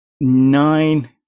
nine